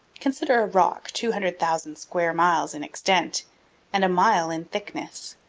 consider a rock two hundred thousand square miles in extent and a mile in thickness,